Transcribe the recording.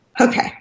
Okay